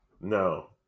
No